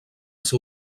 ser